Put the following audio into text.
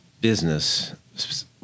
business